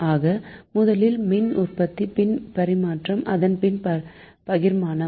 ஆக முதலில் மின் உற்பத்தி பின்பு பரிமாற்றம் அதன்பின்பு பகிர்மானம்